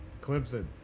Clemson